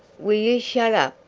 will you shet up?